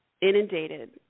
inundated